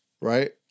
Right